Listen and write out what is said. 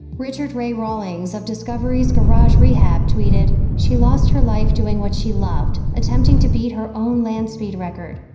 richard ray rawlings of discovery's garage rehab tweeted, she lost her life doing what she loved, attempting to beat her own land-speed record.